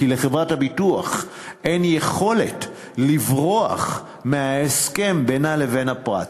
כי לחברת הביטוח אין יכולת לברוח מההסכם שבינה לבין הפרט,